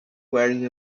wearing